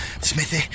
Smithy